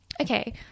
okay